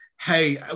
Hey